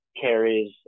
carries